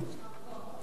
הצעת החוק הזאת,